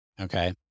Okay